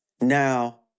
Now